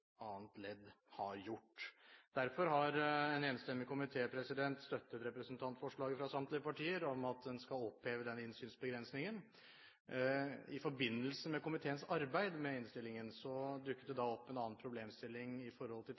annet ledd har gjort. Derfor har en enstemmig komité støttet representantforslaget fra samtlige partier om at en skal oppheve denne innsynsbegrensningen. I forbindelse med komiteens arbeid med innstillingen dukket det opp en annen problemstilling, som gjaldt opplysninger som er taushetsbelagt i henhold til